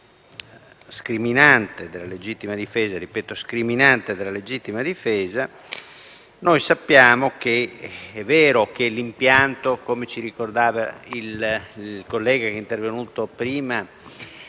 scriminanti della legittima difesa, noi sappiamo che, l'impianto, come ricordavano il collega intervenuto prima